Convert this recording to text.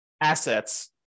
assets